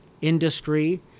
industry